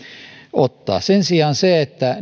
ottaa sen sijaan se että